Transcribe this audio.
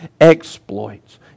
exploits